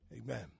Amen